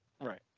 Right